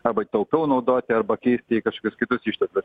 arba jį taupiau naudoti arba keisti į kažkokius kitus išteklius